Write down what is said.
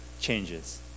changes